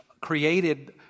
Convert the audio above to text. created